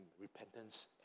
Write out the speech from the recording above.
repentance